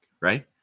right